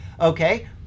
Okay